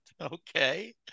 Okay